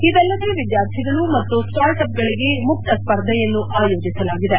ಇದಲ್ಲದೆ ವಿದ್ಕಾರ್ಥಿಗಳು ಮತ್ತು ಸ್ಟಾರ್ಟ್ಅಪ್ಗಳಿಗೆ ಮುಕ್ತ ಸ್ವರ್ಧೆಯನ್ನು ಆಯೋಜಿಸಲಾಗಿದೆ